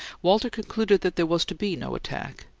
walter concluded that there was to be no attack,